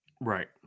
Right